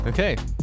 Okay